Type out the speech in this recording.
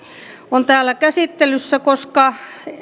on täällä käsittelyssä koska